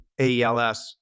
AELS